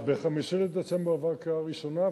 ב-5 בדצמבר עבר קריאה ראשונה,